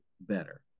better